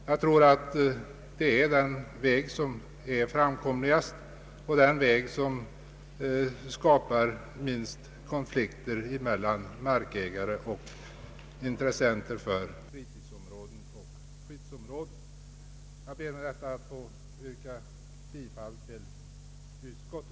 Jag tror att detta är den väg som är framkomligast och den väg som i största möjliga utsträckning är ägnad att undvika kon Jag ber med detta att få yrka bifall till utskottets förslag.